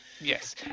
Yes